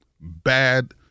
bad